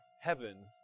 heaven